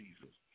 Jesus